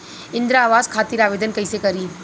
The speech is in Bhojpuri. इंद्रा आवास खातिर आवेदन कइसे करि?